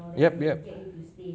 yup yup